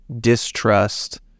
distrust